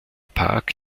park